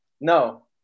No